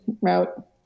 route